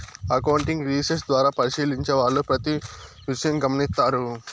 accounting research ద్వారా పరిశీలించే వాళ్ళు ప్రతి విషయం గమనిత్తారు